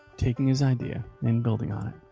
taking his idea and building on it